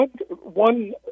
one